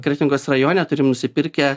kretingos rajone turim nusipirkę